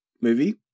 movie